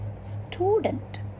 student